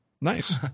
Nice